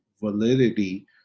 validity